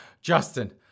Justin